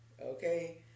Okay